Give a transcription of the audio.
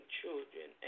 children